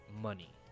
money